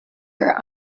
are